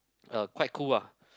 uh quite cool lah